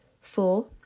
Four